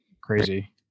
crazy